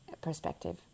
perspective